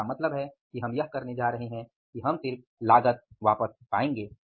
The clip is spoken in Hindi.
तो इसका मतलब है कि हम यह करने जा रहे हैं कि हम सिर्फ लागत वापस पाएंगे